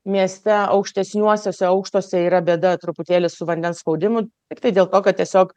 mieste aukštesniuosiuose aukštuose yra bėda truputėlį su vandens spaudimu tiktai dėl to kad tiesiog